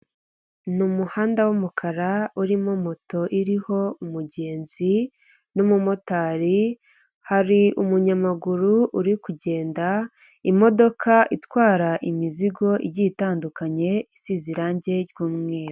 Ni umuhanda w’umukara urimo moto iriho umugenzi n'umumotari, hari umunyamaguru uri kugenda, imodoka itwara imizigo igiye itandukanye isize irangi ry’umweru.